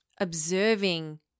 observing